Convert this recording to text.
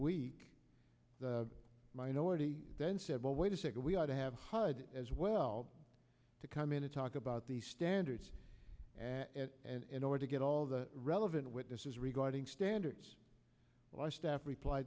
week the minority then said well wait a second we ought to have hud as well to come in to talk about the standards and in order to get all the relevant witnesses regarding standards staff repl